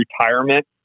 Retirement